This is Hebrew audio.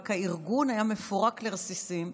רק הארגון היה מפורק לרסיסים,